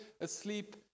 asleep